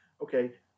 Okay